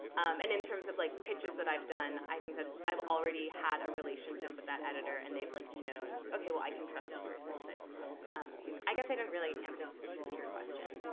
and in terms of like pitches that i've done, i think that i've already had a relationship with that editor, and they've like known, ok, well, i can trust this person because i've seen i guess i didn't really answer specifically your question.